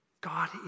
God